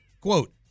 quote